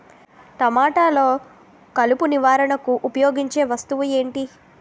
టమాటాలో కలుపు నివారణకు ఉపయోగించే వస్తువు ఏంటి?